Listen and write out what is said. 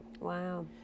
Wow